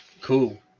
Cool